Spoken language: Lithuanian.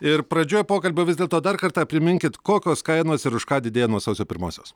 ir pradžioje pokalbio vis dėlto dar kartą priminkit kokios kainos ir už ką didėja nuo sausio pirmosios